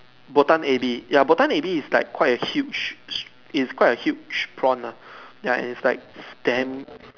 Botan Ebi ya Botan Ebi it's like quite a huge it's quite a huge prawn lah and it's like damn